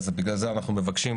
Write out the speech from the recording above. אז בגלל זה אנחנו מבקשים